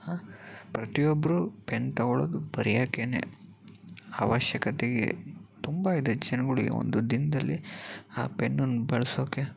ಹಾಂ ಪ್ರತಿಯೊಬ್ರು ಪೆನ್ ತಗೊಳ್ಳೋದು ಬರೆಯೋಕ್ಕೇನೆ ಅವಶ್ಯಕತೆಗೆ ತುಂಬ ಇದೆ ಜನಗಳಿಗೆ ಒಂದು ದಿನದಲ್ಲಿ ಆ ಪೆನ್ನನ್ನು ಬಳಸೋಕ್ಕೆ